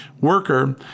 worker